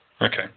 Okay